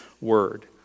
word